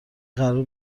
قرار